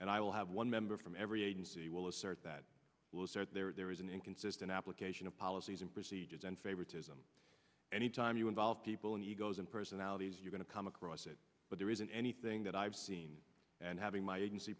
and i will have one member from every agency will assert that we'll start there there is an inconsistent application of policies and procedures and favoritism anytime you involve people in egos and personalities are going to come across it but it isn't anything that i've seen and having my agency